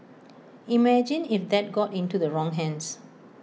imagine if that got into the wrong hands